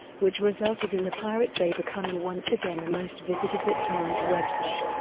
which resulted in the pirate bay becoming once again the most visited bittorrent website.